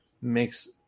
makes